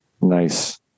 nice